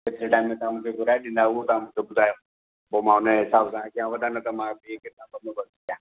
केतिरे टाइम में तव्हां मूंखे घुराए ॾींदा हूअ तव्हां मूंखे ॿुधायो पोइ मां उनजे हिसाब सां कयां न त मां ॿिए किताब ॻोल्हियां